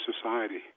society